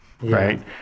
right